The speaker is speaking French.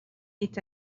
est